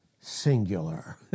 singular